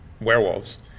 werewolves